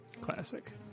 Classic